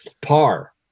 par